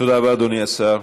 תודה רבה, אדוני השר.